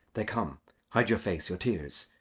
they come hide your face, your tears.